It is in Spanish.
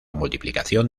multiplicación